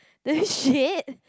the shit